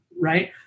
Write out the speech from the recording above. right